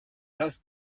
das